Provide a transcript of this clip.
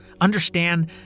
Understand